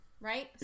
right